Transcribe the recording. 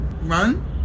run